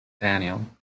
daniel